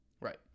right